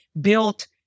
built